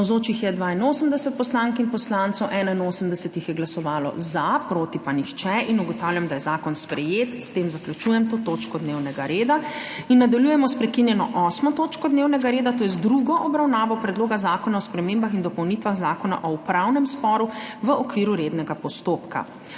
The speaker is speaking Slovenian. Navzočih je 82 poslank in poslancev, 81 jih je glasovalo za, proti pa nihče. (Za je glasovalo 81.) (Proti nihče.) Ugotavljam, da je zakon sprejet. S tem zaključujem to točko dnevnega reda. Nadaljujemo s prekinjeno 8. točko dnevnega reda, to je z drugo obravnavo Predloga zakona o spremembah in dopolnitvah Zakona o upravnem sporu v okviru rednega postopka.